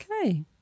Okay